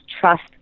trust